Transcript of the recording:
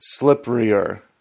slipperier